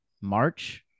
March